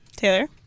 Taylor